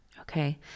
Okay